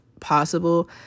possible